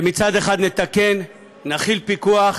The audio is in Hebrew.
שמצד אחד נתקן, נחיל פיקוח,